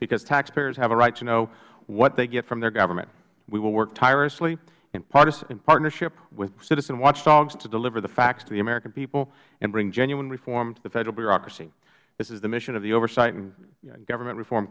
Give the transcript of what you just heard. because taxpayers have a right to know what they get from their government we will work tirelessly in partnership with citizen watchdogs to deliver the facts to the american people and bring genuine reform to the federal bureaucracy this is the mission of the oversight and government reform